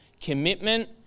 commitment